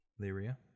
Lyria